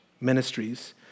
ministries